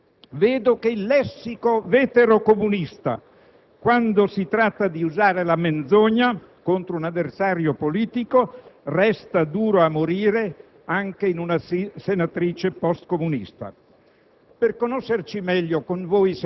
Vedo che il lessico vetero-comunista, quando si tratta di usare la menzogna contro un avversario politico, è duro a morire anche in una senatrice *post*-comunista.